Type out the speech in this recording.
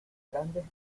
grandes